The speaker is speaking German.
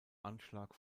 anschlag